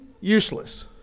useless